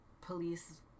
police